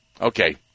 Okay